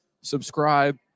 subscribe